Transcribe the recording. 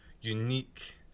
unique